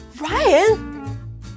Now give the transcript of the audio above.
Ryan